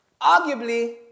arguably